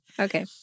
Okay